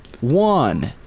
one